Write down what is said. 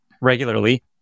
regularly